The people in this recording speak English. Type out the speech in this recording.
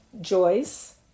Joyce